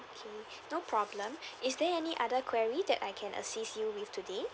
okay no problem is there any other queries that I can assist you with today